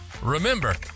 Remember